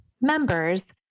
members